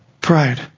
pride